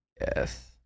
Yes